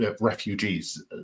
refugees